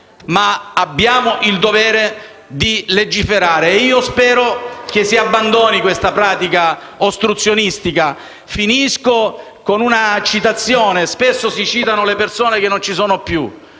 Abbiamo però il dovere di legiferare e spero si abbandoni questa pratica ostruzionistica. Concludo con una citazione. Spesso si citano le persone che non ci sono più,